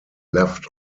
left